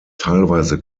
teilweise